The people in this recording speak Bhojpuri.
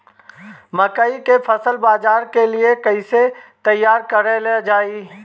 मकई के फसल बाजार के लिए कइसे तैयार कईले जाए?